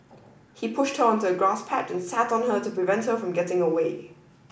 he pushed onto a grass patch and sat on her to prevent her from getting away